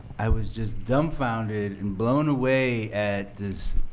i was just dumbfounded and blown away at